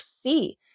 see